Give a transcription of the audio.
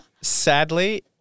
Sadly